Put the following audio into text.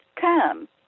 come